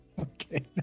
okay